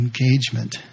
engagement